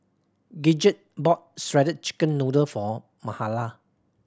Gidget bought shredded chicken noodle for Mahala